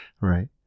Right